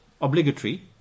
obligatory